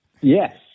Yes